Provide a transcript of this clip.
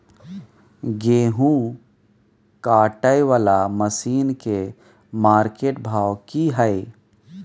गेहूं काटय वाला मसीन के मार्केट भाव की हय?